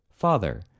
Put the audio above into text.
Father